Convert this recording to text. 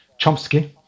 Chomsky